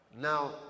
Now